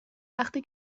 وقتی